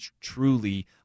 truly